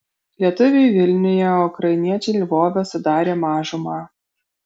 lietuviai vilniuje o ukrainiečiai lvove sudarė mažumą